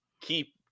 keep